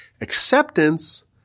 acceptance